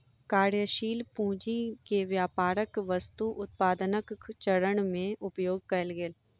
कार्यशील पूंजी के व्यापारक वस्तु उत्पादनक चरण में उपयोग कएल गेल